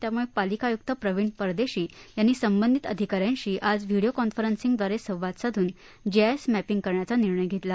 त्यामुळे पालिका आयुक्त प्रवीण परदेशी यांनी संबंधित अधिकाऱ्यांशी आज व्हिडीओ कॉन्फरन्सिंगद्वारे संवाद साधून जीआयएस मॅपिंग करण्याचा निर्णय घेतला